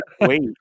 wait